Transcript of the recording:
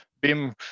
BIM